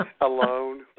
Alone